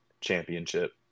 championship